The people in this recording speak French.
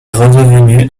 redevenu